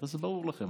הרי זה ברור לכם.